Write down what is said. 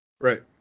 Right